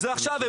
זה עכשיו.